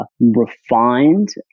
refined